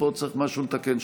פה יש משהו שצריך לתקן,